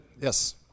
Yes